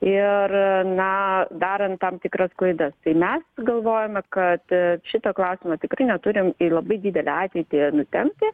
ir na darant tam tikras klaidas tai mes galvojame kad šito klausimo tikrai neturim į labai didelę ateitį nutempti